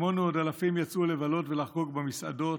וכמונו עוד אלפים יצאו לבלות ולחגוג במסעדות,